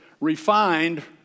refined